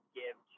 give